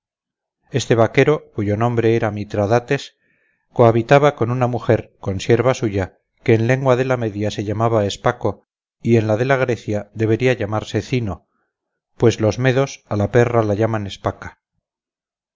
este vaquero cuyo nombre era mitradates cohabitaba con una mujer consierva suya que en lengua de la media se llamaba espaco y en la de la grecia debería llamarse cino pues los medos a la perra la llaman espaca